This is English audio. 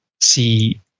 see